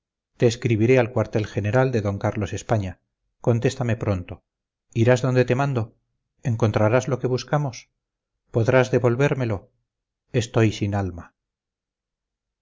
te escribiré al cuartel general de d carlos españa contéstame pronto irás donde te mando encontrarás lo que buscamos podrás devolvérmelo estoy sin alma